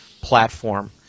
platform